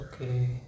okay